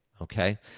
okay